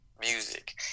music